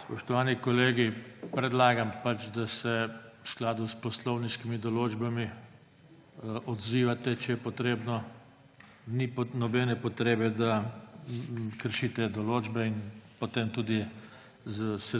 Spoštovani kolegi, predlagam, da se v skladu s poslovniškimi določbami odzivate, če je potrebno. Ni nobene potrebe, da kršite določbe, in potem se tudi